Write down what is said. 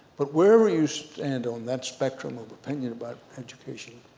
but wherever you stand on that spectrum of opinion about education,